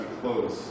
close